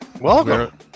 welcome